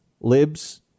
libs